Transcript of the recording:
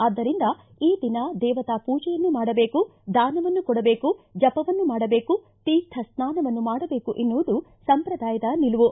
ಆದ್ದರಿಂದ ಈ ದಿನ ದೇವತಾ ಪೂಜೆಯನ್ನು ಮಾಡಬೇಕು ದಾನವನ್ನು ಕೊಡಬೇಕು ಜಪವನ್ನು ಮಾಡಬೇಕು ತೀರ್ಥ ಸ್ನಾನವನ್ನು ಮಾಡಬೇಕು ಎನ್ನುವುದು ಸಂಪ್ರದಾಯದ ನಿಲುವು